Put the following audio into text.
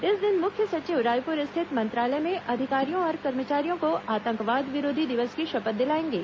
इस दिन मुख्य सचिव रायपुर स्थित मंत्रालय में अधिकारियों और कर्मचारियों को आतंकवाद विरोधी दिवस की शपथ दिलाएंगे